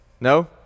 no